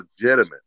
legitimate